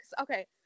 Okay